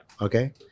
Okay